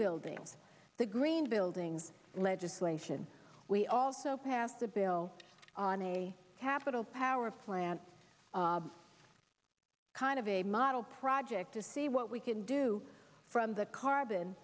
building the green buildings legislation we also passed the bill on a capital power flan kind of a model project to see what we can do from the carbon